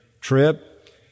trip